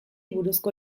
buruzko